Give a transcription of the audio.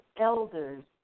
elders